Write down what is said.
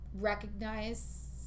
recognize